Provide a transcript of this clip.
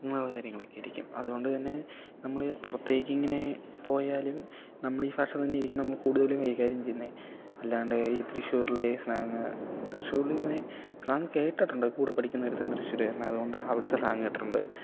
എന്നുള്ള കാര്യങ്ങൾ ഒക്കെയായിരിക്കും അതുകൊണ്ട് തന്നെ നമ്മൾ പുറത്തേക്ക് ഇങ്ങനെ പോയാലും നമ്മൾ ഈ ഈ ഭാഷ തന്നെ ഇരിക്കും നമ്മൾ കൂടുതലും കൈകാര്യം ചെയ്യുന്നത് അല്ലാണ്ട് ഈ തൃശ്ശൂരിലെ സ്ലാങ് തൃശ്ശൂരിലിങ്ങനെ സ്ലാങ് കേട്ടിട്ടുണ്ട് കൂടെ പഠിക്കുന്ന ഒരുത്തൻ തൃശൂർകാരൻ ആയതുകൊണ്ട് അവിടത്തെ സ്ലാങ് കേട്ടിട്ടുണ്ട്